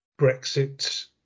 Brexit